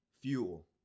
Fuel